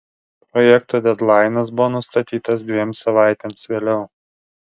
projekto dedlainas buvo nustatytas dviem savaitėms vėliau